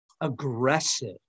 aggressive